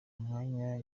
mwanya